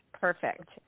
Perfect